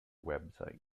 website